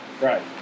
Right